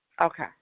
okay